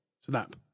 Snap